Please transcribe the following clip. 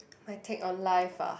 my take on life ah